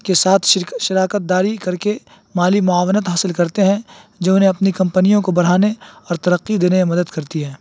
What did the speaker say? کے ساتھ شراکت داری کر کے مالی معاونت حاصل کرتے ہیں جو انہیں اپنی کمپنیوں کو بڑھانے اور ترقی دینے میں مدد کرتی ہیں